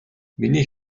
миний